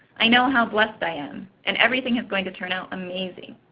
i know how blessed i am, and everything is going to turn out amazing.